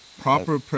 Proper